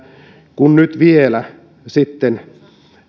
kun nyt vielä sitten